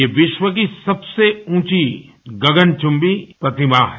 ये विश्व की राबसे ऊंची गगनचुम्बी प्रतिमा है